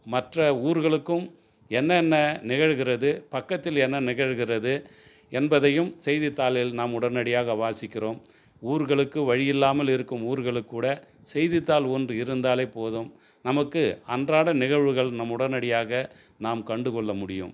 மற்ற ஊர்களுக்கும் என்னென்ன நிகழ்கிறது பக்கத்தில் என்ன நிகழ்கிறது என்பதையும் செய்தித்தாளில் நாம் உடனடியாக வாசிக்கிறோம் ஊர்களுக்கு வழி இல்லாமல் இருக்கும் ஊர்களுக்குக்கூட செய்தித்தாள் ஒன்று இருந்தாலே போதும் நமக்கு அன்றாட நிகழ்வுகள் நம் உடனடியாக நாம் கண்டுக்கொள்ள முடியும்